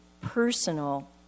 personal